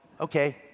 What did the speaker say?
Okay